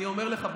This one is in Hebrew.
אני אומר לך,